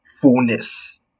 fullness